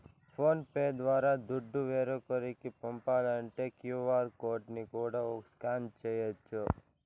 phone pay ద్వారా దుడ్డు వేరోకరికి పంపాలంటే క్యూ.ఆర్ కోడ్ ని కూడా స్కాన్ చేయచ్చు